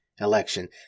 election